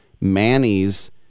Manny's